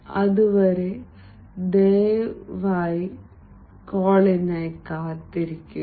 അതുവരെ ദയവായി കോളിനായി കാത്തിരിക്കുക